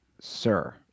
sir